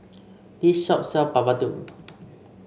this shop sell Papadum